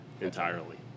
entirely